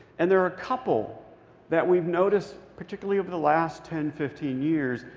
and there are a couple that we've noticed, particularly over the last ten, fifteen years,